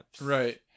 right